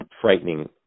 frightening